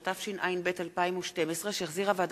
3 הצעות סיעות חד"ש רע"ם-תע"ל בל"ד והעבודה